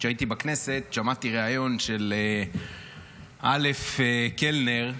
כשהייתי בכנסת, שמעתי ריאיון של א' קלנר,